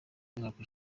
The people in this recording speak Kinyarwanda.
umwaka